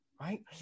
right